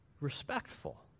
respectful